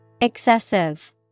Excessive